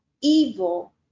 evil